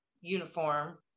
uniform